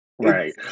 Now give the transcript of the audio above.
Right